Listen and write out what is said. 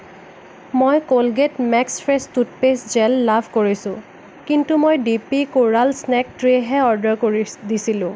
মই Colgate max fresh toothpaste gel লাভ কৰিছোঁ কিন্তু মই D P coral snack tray হে অৰ্ডাৰ কৰি দিছিলোঁ